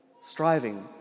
striving